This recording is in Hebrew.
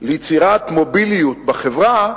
ליצירת מוביליות בחברה,